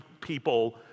people